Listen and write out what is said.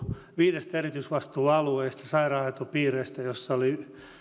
viidestä erityisvastuualueesta sairaanhoitopiireistä joissa oli